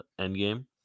Endgame